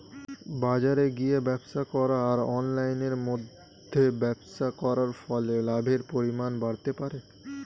বাজারে গিয়ে ব্যবসা করা আর অনলাইনের মধ্যে ব্যবসা করার ফলে লাভের পরিমাণ বাড়তে পারে?